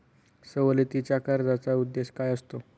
सवलतीच्या कर्जाचा उद्देश काय असतो?